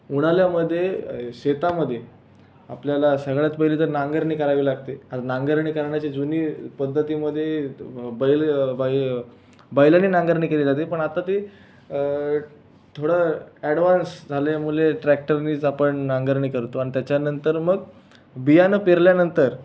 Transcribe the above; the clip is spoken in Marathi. उन्हाळ्यामध्ये शेतामध्ये आपल्याला सगळ्यात पहिले तर नांगरणी करावी लागते आता नांगरणी करण्याची जुनी पद्धतीमध्ये बैल बाई बैलाने नांगरणी केली जाते पण आता ती थोडं ॲडवान्स झाल्यामुळे ट्रॅक्टरनेच आपण नांगरणी करतो आणि त्याच्यानंतर मग बियाणं पेरल्यानंतर